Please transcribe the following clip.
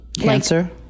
Cancer